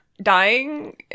Dying